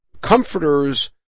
comforters